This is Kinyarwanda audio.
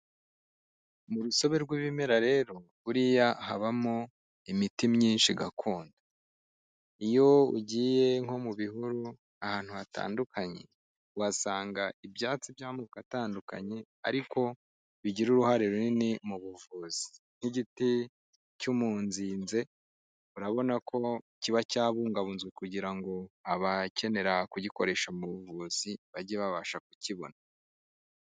Mu rusobe rw'ibimera rero, buriya habamo imiti myinshi gakondo. Iyo ugiye nko mu bihuru ahantu hatandukanye, uhasanga ibyatsi by'amoko atandukanye ariko bigira uruhare runini mu buvuzi, nk'igiti cy'umunzinze, urabona ko kiba cyabungabunzwe kugira ngo abakenera kugikoresha mu buvuzi, bajye babasha kukibona.